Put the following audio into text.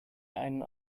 einen